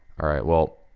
all right, well,